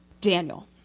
Daniel